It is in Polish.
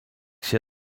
się